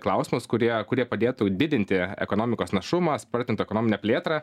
klausimus kurie kurie padėtų didinti ekonomikos našumą spartint ekonominę plėtrą